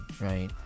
right